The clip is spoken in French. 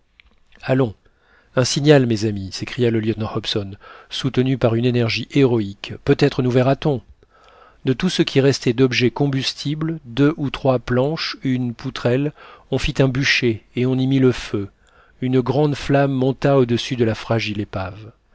allons un signal mes amis s'écria le lieutenant hobson soutenu par une énergie héroïque peut-être nous verra-t-on de tout ce qui restait d'objets combustibles deux ou trois planches une poutrelle on fit un bûcher et on y mit le feu une grande flamme monta au dessus de la fragile épave